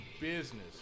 business